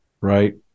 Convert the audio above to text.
right